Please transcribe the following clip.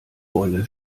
bolle